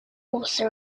also